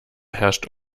herrscht